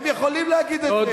הם יכולים להגיד את זה.